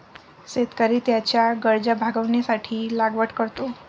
शेतकरी त्याच्या गरजा भागविण्यासाठी लागवड करतो